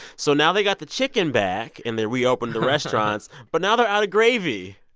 so now they got the chicken back. and they reopened the restaurants. but now they're out of gravy.